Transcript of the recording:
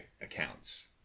accounts